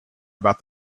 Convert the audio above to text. about